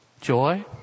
joy